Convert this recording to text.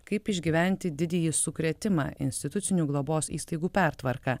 kaip išgyventi didįjį sukrėtimą institucinių globos įstaigų pertvarką